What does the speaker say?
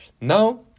now